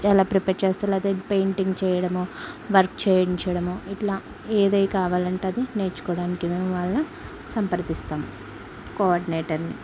ఎలా ప్రిపేర్ చేస్తలేదా పెయింటింగ్ చేయడము వర్క్ చేయించడము ఇట్లా ఏది కావాలంటే అది నేర్చుకోవడానికి మేము వాళ్ళ సంప్రదిస్తాం కోఆర్డినేటర్ని